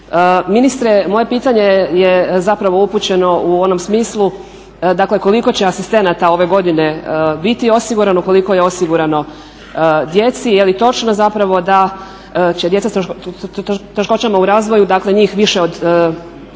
Ministre, moje pitanje je zapravo upućeno u onom smislu dakle koliko će asistenata ove godine biti osigurano? Koliko je osigurano djeci? Je li točno zapravo da će djeca s poteškoćama u razvoju, dakle njih više od